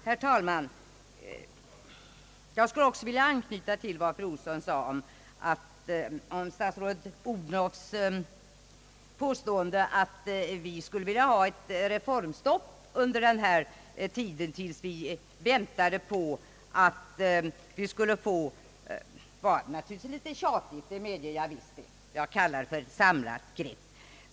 Herr talman! Jag vill anknyta till vad fru Olsson sade om statsrådet Odhnoffs påstående att vi skulle vilja ha ett reformstopp medan vi väntade på — jag medger att det verkar lite tjatigt — ett samlat grepp.